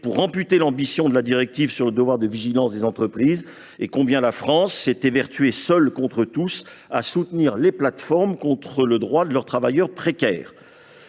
pour amputer toute ambition à la directive sur le devoir de vigilance des entreprises et qu’elle se soit évertuée, seule contre tous, à soutenir les plateformes contre leurs travailleurs précaires.